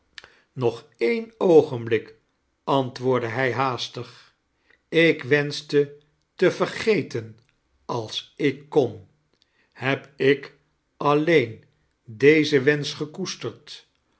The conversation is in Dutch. nog een oogenblik antwoordde hij haastig ikwenschte te vergeten als ik kon heb ik alleen dezen wensch gekoesterd